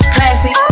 Classy